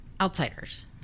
outsiders